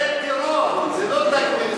זה טרור, זה לא "תג מחיר".